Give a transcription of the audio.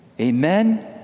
Amen